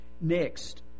Next